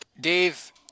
Dave